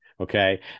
Okay